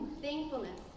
thankfulness